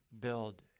build